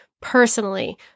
personally